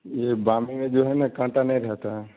یہ بام میں جو ہے نا کانٹا نہیں رہتا ہے